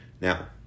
Now